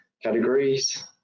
Categories